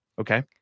Okay